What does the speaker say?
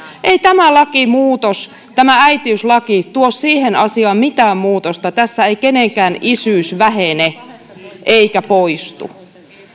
ei tämä lakimuutos tämä äitiyslaki tuo siihen asiaan mitään muutosta tässä ei kenenkään isyys vähene eikä poistu